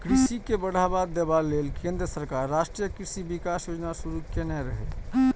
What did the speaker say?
कृषि के बढ़ावा देबा लेल केंद्र सरकार राष्ट्रीय कृषि विकास योजना शुरू केने रहै